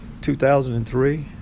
2003